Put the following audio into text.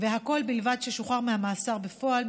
והכול בלבד ששוחרר מהמאסר בפועל,